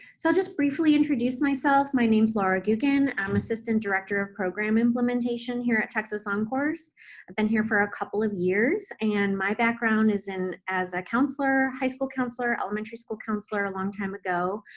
so i'll just briefly introduce myself. my name's lara gueguen, i'm assistant director of program implementation at texas oncourse. i've been here for a couple of years, and my background is in as a counselor, high school counselor, elementary school counselor a long time ago,